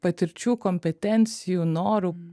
patirčių kompetencijų norų